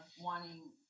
wanting